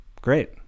great